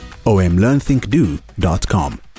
omlearnthinkdo.com